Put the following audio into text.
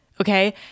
okay